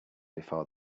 before